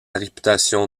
réputation